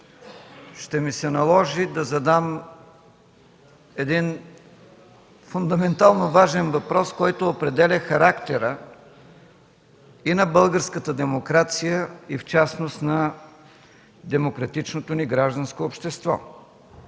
ще ми се наложи да задам един фундаментално важен въпрос, който определя характера и на българската демокрация, и в частност на демократичното ни гражданско общество.